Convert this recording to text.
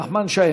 נחמן שי,